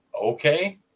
okay